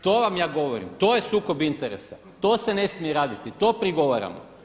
To vam ja govorim, to je sukob interesa, to se ne smije raditi, to prigovaramo.